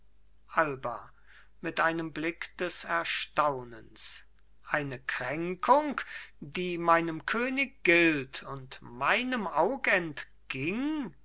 alba mit einem blick des erstaunens eine kränkung die meinem könig gilt und meinem aug entging